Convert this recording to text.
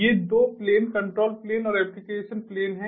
ये 2 plane control plane और application plane हैं